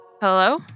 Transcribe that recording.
Hello